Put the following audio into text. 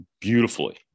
beautifully